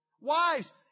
Wives